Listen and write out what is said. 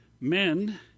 men